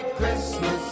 Christmas